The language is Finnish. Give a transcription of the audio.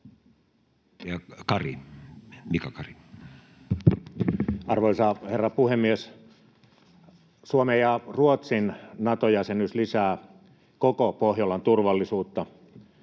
12:58 Content: Arvoisa herra puhemies! Suomen ja Ruotsin Nato-jäsenyys lisää koko Pohjolan turvallisuutta.